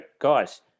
guys